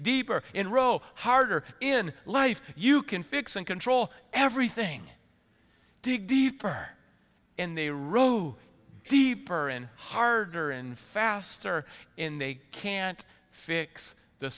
deeper in row harder in life you can fix and control everything dig deeper in the rue deeper in harder and faster in they can't fix the